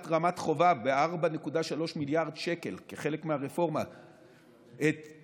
רמת חובב ב-4.3 מיליארד שקל כחלק מהרפורמה תושלם,